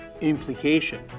implication